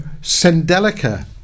Sendelica